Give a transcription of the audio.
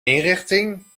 inrichting